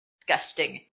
disgusting